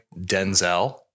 Denzel